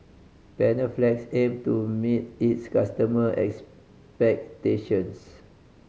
Panaflex aim to meet its customer expectations